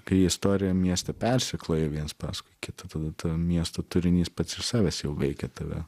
kai istorija mieste persikloja viens paskui kitą tada to miesto turinys pats iš savęs jau veikia tave